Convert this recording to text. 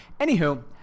Anywho